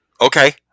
Okay